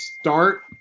start